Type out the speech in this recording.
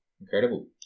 Incredible